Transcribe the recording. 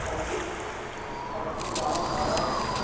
सब्जी सब्जी दालि चावल